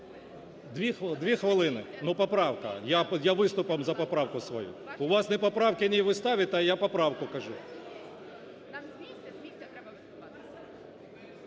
Дві хвилини, ну, поправка, я виступом за поправку свою. У вас не поправка, ви ставите, а я поправку кажу.